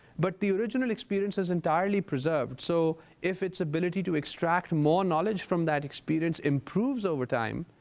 but the original experience is entirely preserved. so if its ability to extract more knowledge from that experience improves over time,